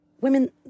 women